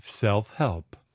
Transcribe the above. Self-Help